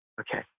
Okay